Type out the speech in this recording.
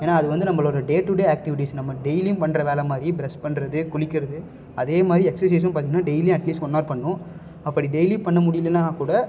ஏன்னா அது வந்து நம்பளோட டே டுடே ஆக்ட்டிவிட்டிஸ் நம்ம டெய்லியும் பண்ணுற வேலை மாதிரி பிரெஷ் பண்ணுறது குளிக்கிறது அதே மாதிரி எக்ஸசைஸும் பார்த்திங்கன்னா டெய்லியும் அட்லீஸ்ட் ஒன் ஹார் பண்ணும் அப்படி டெய்லியும் பண்ண முடியிலனாக்கூட